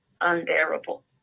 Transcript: unbearable